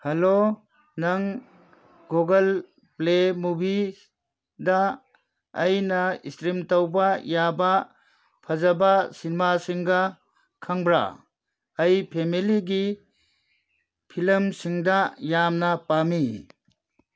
hello ꯅꯪ Google Play ꯃꯨꯕꯤꯗ ꯑꯩꯅ ꯏꯁꯇ꯭ꯔꯤꯝ ꯇꯧꯕ ꯌꯥꯕ ꯐꯖꯕ ꯁꯤꯃꯥꯁꯤꯡꯒ ꯈꯪꯕ꯭ꯔꯥ ꯑꯩ ꯐꯦꯃꯦꯂꯤꯒꯤ ꯐꯤꯂꯝꯁꯤꯡꯗ ꯌꯥꯝꯅ ꯄꯥꯝꯏ